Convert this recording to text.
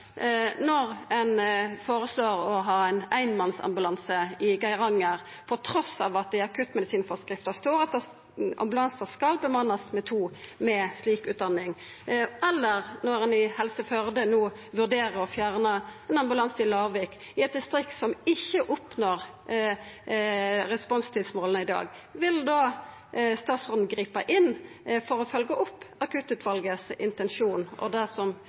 når ein føreslår å ha ein einmannsambulanse i Geiranger, trass i at det i akuttmedisinforskrifta står at ambulansar skal bemannast med to med slik utdanning? Eller når ein i Helse Førde no vurderer å fjerne ein ambulanse i Lavik, i eit distrikt som ikkje oppnår responstidsmåla i dag: Vil da statsråden gripa inn for å følgja opp intensjonen til akuttutvalet og det som